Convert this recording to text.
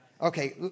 Okay